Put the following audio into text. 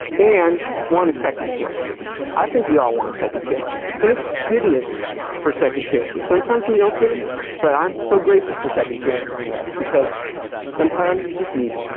and want to second chance i think we all want second chance thank goodness for second chances sometimes we don't get them but i'm so grateful for second chances in life because sometimes you just need